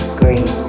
green